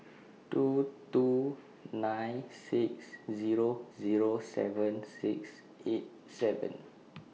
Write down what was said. two two nine six Zero Zero seven six eight seven